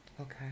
Okay